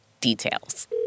details